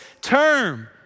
term